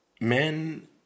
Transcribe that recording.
men